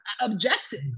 objective